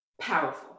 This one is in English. powerful